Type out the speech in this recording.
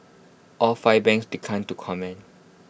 all five banks declined to comment